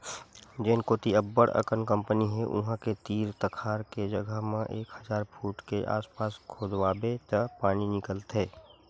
जेन कोती अब्बड़ अकन कंपनी हे उहां के तीर तखार के जघा म एक हजार फूट के आसपास खोदवाबे त पानी निकलथे